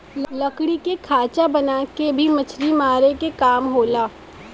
लकड़ी के खांचा बना के भी मछरी मारे क काम होला